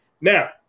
Now